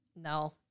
No